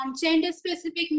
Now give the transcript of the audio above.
gender-specific